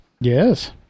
Yes